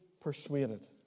persuaded